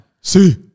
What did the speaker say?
see